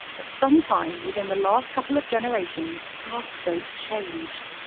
but sometime within the last couple of generations, our scope changed.